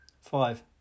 Five